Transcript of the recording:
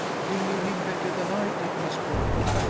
you knew him better than i did, miss portman.